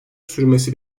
sürmesi